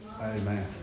amen